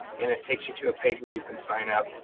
and it takes you to a page where you can sign up.